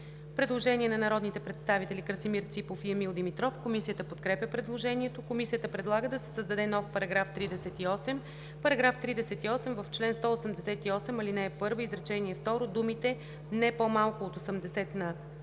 Предложение на народните представители Красимир Ципов и Емил Димитров. Комисията подкрепя предложението. Комисията предлага да се създаде нов § 38: „§ 38. В чл. 188, ал. 1, изречение второ думите „не по-малко от 80